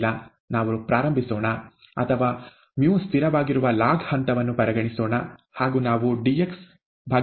ನಾವು ಪ್ರಾರಂಭಿಸೋಣ ಅಥವಾ µ ಸ್ಥಿರವಾಗಿರುವ ಲಾಗ್ ಹಂತವನ್ನು ಪರಿಗಣಿಸೋಣ ಹಾಗೂ ನಾವು dxdt µx ಎಂದು ಬರೆಯಬಹುದು